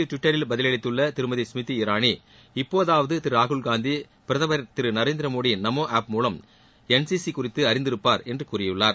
டுவிட்டரில் பதிலளித்துள்ள திருமதி ஸ்மிருதி இரானி இப்போதாவது திரு ராகுல் காந்தி பிரதமர் திரு நரேந்திரமோடியின் நமோ ஆப் மூலம் என் சி சி குறித்து அறிந்திருப்பார் என்று கூறியுள்ளார்